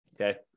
okay